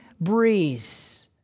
breeze